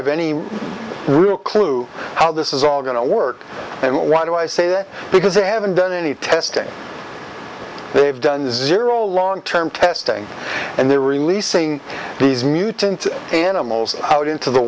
have any real clue how this is all going to work and why do i say that because they haven't done any testing they've done zero long term testing and they're releasing these mutant animals out into the